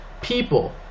people